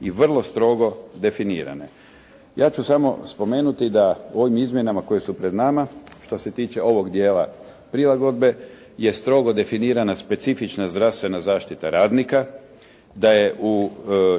i vrlo strogo definirane. Ja ću samo spomenuti da u ovim izmjenama koje su pred nama što se tiče ovog djela prilagodbe je strogo definirana specifična zdravstvena zaštita radnika. Da je u